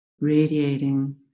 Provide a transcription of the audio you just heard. radiating